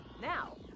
now